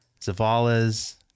Zavala's